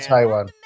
Taiwan